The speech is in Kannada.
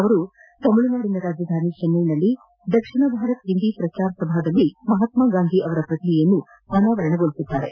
ಅವರು ತಮಿಳುನಾಡಿನ ರಾಜಧಾನಿ ಚೆನ್ನೈನಲ್ಲಿ ದಕ್ಷಿಣ ಭಾರತ್ ಹಿಂದಿ ಪ್ರಚಾರ ಸಭಾದಲ್ಲಿ ಮಹಾತ್ಮಾಗಾಂಧಿ ಅವರ ಪ್ರತಿಮೆಯನ್ನು ಅನಾವರಣ ಮಾಡಲಿದ್ದಾರೆ